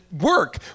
work